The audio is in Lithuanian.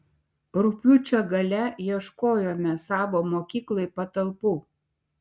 rugpjūčio gale ieškojome savo mokyklai patalpų